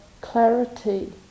clarity